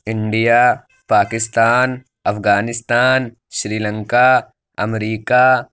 India Pakistan Afghanistan Sri Lanka America